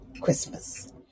Christmas